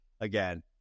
again